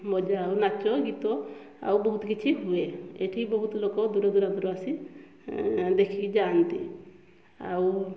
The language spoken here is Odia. ମଜା ଆଉ ନାଚ ଗୀତ ଆଉ ବହୁତ କିଛି ହୁଏ ଏଇଠି ବହୁତ ଲୋକ ଦୂରଦୂରାନ୍ତରୁ ଆସି ଦେଖିକି ଯାଆନ୍ତି ଆଉ